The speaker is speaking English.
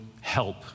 help